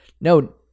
No